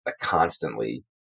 constantly